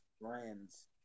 brands